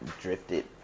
drifted